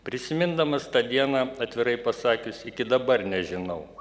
prisimindamas tą dieną atvirai pasakius iki dabar nežinau